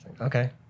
Okay